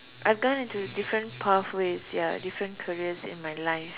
I've gone into different pathways ya different careers in my life